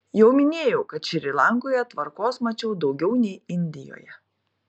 jau minėjau kad šri lankoje tvarkos mačiau daugiau nei indijoje